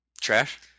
Trash